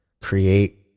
create